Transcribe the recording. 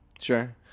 Sure